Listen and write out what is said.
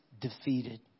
defeated